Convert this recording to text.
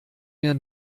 mir